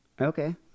Okay